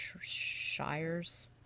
Shires